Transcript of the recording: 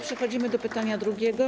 Przechodzimy do pytania drugiego.